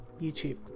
YouTube